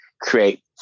create